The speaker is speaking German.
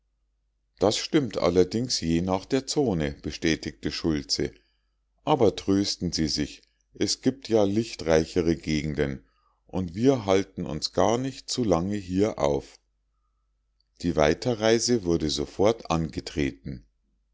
das stimmt allerdings je nach der zone bestätigte schultze aber trösten sie sich es gibt ja lichtreichere gegenden und wir halten uns nicht gar zu lange hier auf die weiterreise wurde sofort angetreten